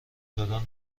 دادن